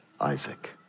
Isaac